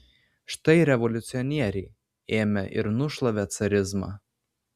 štai revoliucionieriai ėmė ir nušlavė carizmą